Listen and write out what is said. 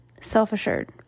self-assured